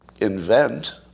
invent